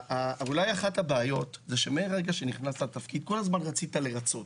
אולי אחת הבעיות היא שמרגע שנכנסת לתפקיד כל הזמן רצית לרצות,